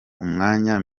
umwanya